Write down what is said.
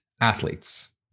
athletes